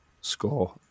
score